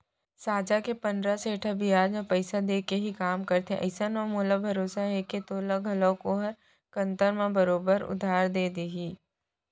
साजा के पंडरा सेठ ह बियाज म पइसा देके ही काम करथे अइसन म मोला भरोसा हे के तोला घलौक ओहर कन्तर म बरोबर उधार दे देही